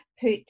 put